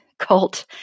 cult